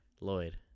Lloyd